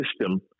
system